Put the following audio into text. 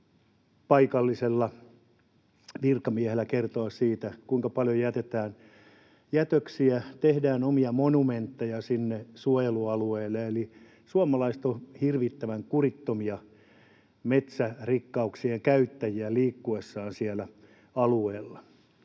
paikallisella virkamiehellä siitä, kuinka paljon jätetään jätöksiä ja tehdään omia monumentteja sinne suojelualueelle, eli suomalaiset ovat hirvittävän kurittomia metsärikkauksien käyttäjiä liikkuessaan siellä alueella.